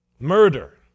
Murder